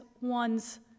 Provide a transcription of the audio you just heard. one's